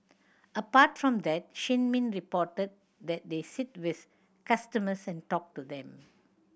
apart from that Shin Min reported that they sit with customers and talk to them